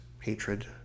hatred